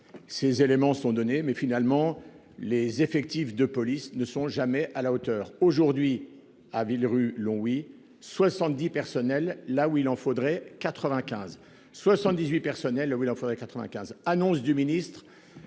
Ces éléments sont donnés mais finalement les effectifs de police ne sont jamais à la hauteur aujourd'hui à Villerupt Longwy 70 personnel là où il en faudrait 95 78 personnel là où il en faudrait 95 annonces du ministre